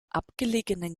abgelegenen